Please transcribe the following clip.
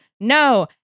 no